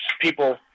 people